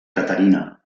caterina